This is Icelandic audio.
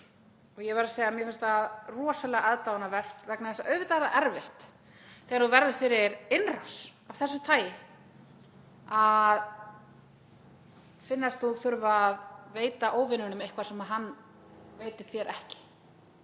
Ég verð að segja að mér finnst það rosalega aðdáunarvert vegna þess að auðvitað er það erfitt þegar þú verður fyrir innrás af þessu tagi að finnast þú þurfa að veita óvininum eitthvað sem hann veitir þér ekki,